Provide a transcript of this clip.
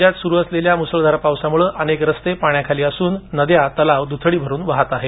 राज्यात सुरु असलेल्या मुसळधार पावसामुळे अनेक रस्ते पाण्याखाली असून नद्या तलाव द्थडी भरून वाहत आहेत